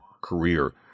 career